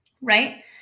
Right